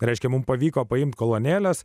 reiškia mums pavyko paimti kolonėles